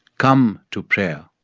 come to prayer.